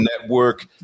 network